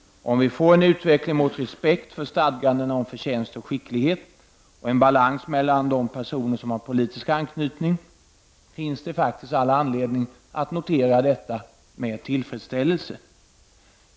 Om vi får en utveckling mot respekt för stadgandena om förtjänst och skicklighet och en balans mellan de personer som har politisk anknytning finns det all anledning att notera detta med tillfredsställelse.